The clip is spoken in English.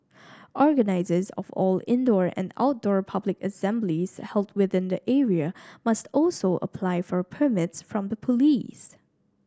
organisers of all indoor and outdoor public assemblies held within the area must also apply for permits from the police